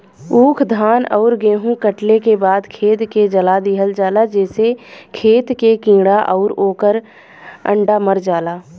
ऊख, धान आउर गेंहू कटले के बाद खेत के जला दिहल जाला जेसे खेत के कीड़ा आउर ओकर अंडा मर जाला